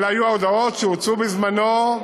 אלה היו ההודעות שהוצאו בזמנו,